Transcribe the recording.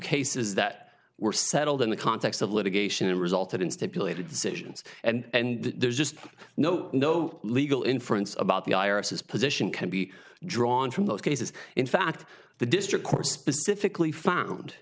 cases that were settled in the context of litigation it resulted in stipulated decisions and and there's just no no legal inference about the irises position can be drawn from those cases in fact the district courts specifically found